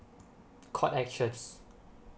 court actions